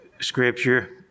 Scripture